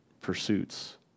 pursuits